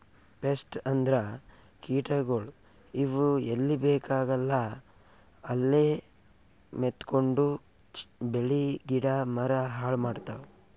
pest ಅಂದ್ರ ಕೀಟಗೋಳ್, ಇವ್ ಎಲ್ಲಿ ಬೇಕಾಗಲ್ಲ ಅಲ್ಲೇ ಮೆತ್ಕೊಂಡು ಬೆಳಿ ಗಿಡ ಮರ ಹಾಳ್ ಮಾಡ್ತಾವ್